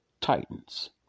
Titans